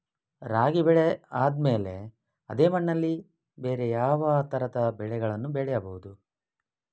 ರಾಗಿ ಬೆಳೆ ಆದ್ಮೇಲೆ ಅದೇ ಮಣ್ಣಲ್ಲಿ ಬೇರೆ ಯಾವ ತರದ ಬೆಳೆಗಳನ್ನು ಬೆಳೆಯಬಹುದು?